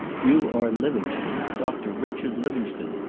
you are livingstone, doctor richard livingstone.